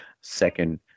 Second